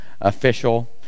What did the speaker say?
official